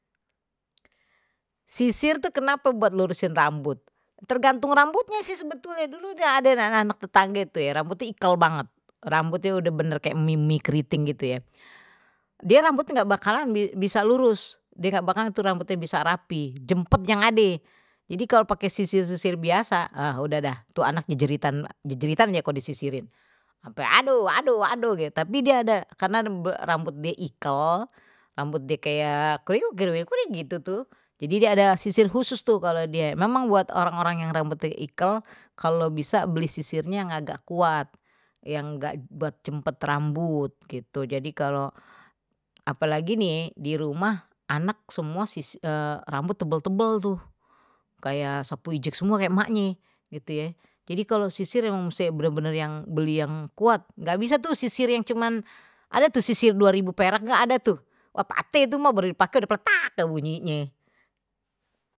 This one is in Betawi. Sisir tuh kenapa buat lurusin rambut. tergantung rambutnya sih sebetulnye dulu udah ada anak-anak tetangga itu ya rambut ikal banget rambutnya udah bener kayak mie mie keriting gitu ya, dia rambutnya nggak bakalan bisa lurus rambutnya bisa rapi jemput yang ade jadi kalau pakai sisir biasa udah dah tuh anaknya jeritan jeritan kalo disisirin sampai aduh aduh aduh tapi dia ada karena rambut die ikel rambutnya kayak kriwil kriwil kriwil gitu tuh jadi dia ada sisir khusus tuh kalau dia memang buat orang-orang yang rambutnya ikal kalau bisa beli sisirnya yang agak kuat yang enggak buat cepet rambut gitu jadi kalau apalagi nih di rumah anak semua rambut tebal-tebal tuh kayak sapu ijuk semia kayak emaknye gitu ye. jadi kalo sisir emang bener bener belinye yang kuat nggak bisa tuh sisir yang cuman ada tuh sisir dua ribu perak nggak ada tuh, wah itu patah baru dipake juga udah pletak bunyinye.